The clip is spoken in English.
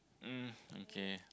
mm okay